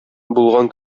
булган